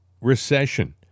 recession